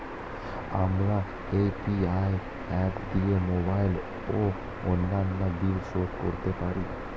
আমরা UPI app দিয়ে mobile ও অন্যান্য বিল শোধ করতে পারি